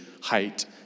height